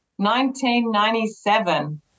1997